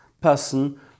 person